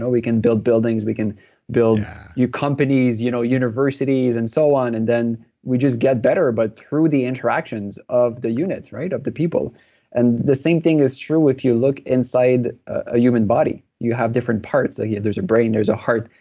ah we can build buildings, we can build new companies, you know universities, and so on. and then we just get better. but through the interactions of the units, of the people and the same thing is true if you look inside a human body. you have different parts yeah there's a brain, there's a heart,